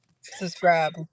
Subscribe